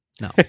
No